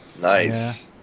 Nice